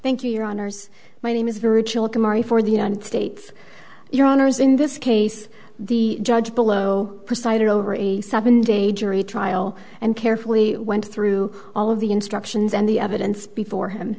thank you your honors my name is virgil kemarre for the united states your honors in this case the judge below decided over a seven day jury trial and carefully went through all of the instructions and the evidence before him